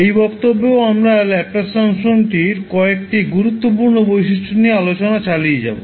এই বক্তব্যেও আমরা ল্যাপ্লাস ট্রান্সফর্মটির কয়েকটি গুরুত্বপূর্ণ বৈশিষ্ট্য নিয়ে আলোচনা চালিয়ে যাব